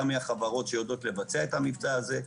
גם מהחברות שיודעות לבצע את המבצע הזה,